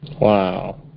Wow